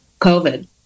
COVID